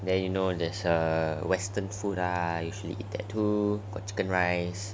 then you know there's err western food I usually eat that too and got chicken rice